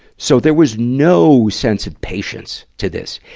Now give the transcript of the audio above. so there was no sense of patience to this.